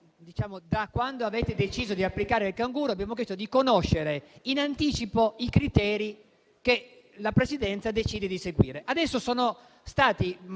da quando avete deciso di applicare il canguro, abbiamo chiesto di conoscere in anticipo i criteri che la Presidenza decide di seguire.